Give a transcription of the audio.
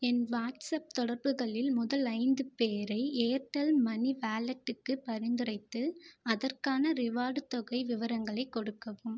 என் WhatsApp தொடர்புகளில் முதல் ஐந்து பேரை ஏர்டெல் மணி வாலெட்டுக்குப் பரிந்துரைத்து அதற்கான ரிவார்டு தொகை விவரங்களை கொடுக்கவும்